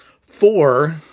four